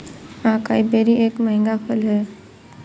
acai berry एक महंगा फल है